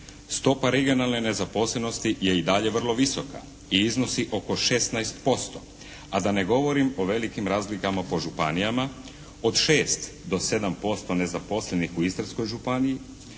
stopa regionalne nezaposlenosti je i dalje vrlo visoka i iznosi oko 16%, a da ne govorim o velikim razlikama po županijama od 6 do 7% nezaposlenih u Istarskoj županiji